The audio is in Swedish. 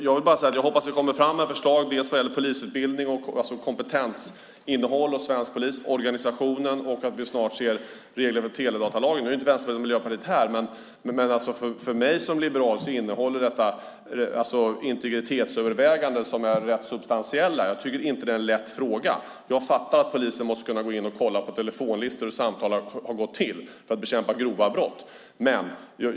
Jag hoppas att vi kommer fram till förslag dels vad gäller polisutbildning, alltså kompetensinnehåll hos svensk polis samt organisation, dels att vi snart får regler för teledatalagen. Nu är Vänsterpartiet och Miljöpartiet inte närvarande i kammaren, men för mig som liberal innehåller lagförslaget integritetsöverväganden som är rätt substantiella. Jag tycker inte att det är en lätt fråga. Jag förstår att polisen i bekämpningen av grova brott måste kunna gå in och kolla telefonlistor för att se hur samtal har gått till.